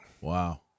Wow